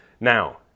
Now